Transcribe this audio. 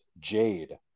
Jade